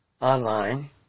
Online